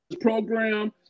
program